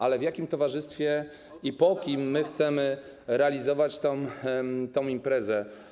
Ale w jakim towarzystwie i po kim my chcemy realizować tę imprezę?